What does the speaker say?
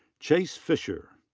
chase fisher.